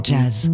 Jazz